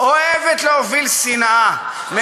אוהבת להוביל שנאה.